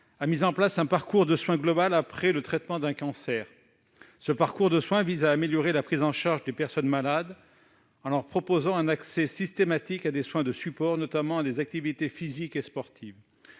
a mis en place un parcours de soins global après le traitement d'un cancer. Ce parcours de soins vise à améliorer la prise en charge des personnes malades, en leur proposant un accès systématique à des soins de support, notamment à des activités physiques et sportives.